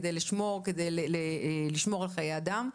כדי לשמור על חיי אדם.